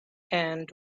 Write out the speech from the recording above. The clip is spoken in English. and